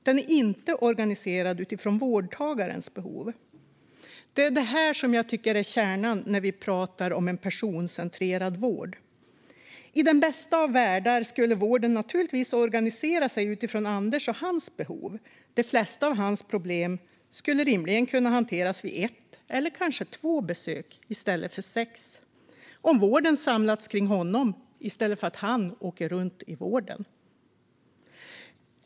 Den är inte organiserad utifrån vårdtagarens behov. Detta tycker jag är kärnan när vi talar om en personcentrerad vård. I den bästa av världar skulle vården naturligtvis vara organiserad utifrån Anders och hans behov. De flesta av hans problem skulle rimligen ha kunnat hanteras vid ett eller möjligen två besök och inte sex om vården samlats kring honom i stället för att han åker runt i vården.